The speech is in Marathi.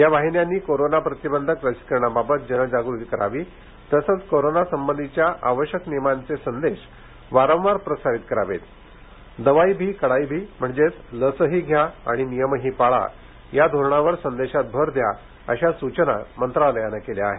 या वाहिन्यांनी कोरोना प्रतिबंधक लसीकरणाबाबत जनजागृती करावी तसंच कोरोना संबंधीच्या आवश्यक नियमांचे संदेश वारंवार प्रसारित करावेत दवाई भी कडाई भी म्हणजेच लसही घ्या आणि नियमही पाळा या धोरणावर संदेशात भर द्या अशा सूचना मंत्रालयानं केल्या आहेत